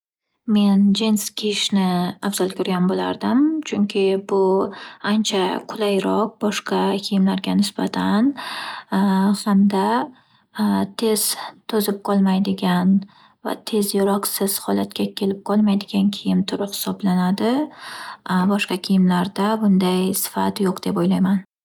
Men jensi kiyishni afzal ko'rgan bo'lardim. Chunki bu ancha qulayroq boshqa kiyimlarga nisbatan hamda tez to'zib qolmaydigan va tez yaroqsiz holatga kelib qolmaydigan kiyim turi hisoblanadi. Boshqa kiyimlarda bunday sifat yo'q deb o'ylayman.